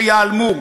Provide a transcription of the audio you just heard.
שייעלמו.